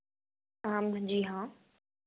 हाँ जी हाँ